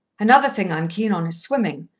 another thing i'm keen on is swimming.